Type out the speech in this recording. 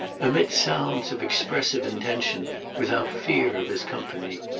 emit sounds of expressive intention without fear of his company.